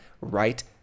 right